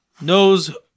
knows